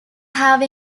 have